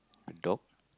a dog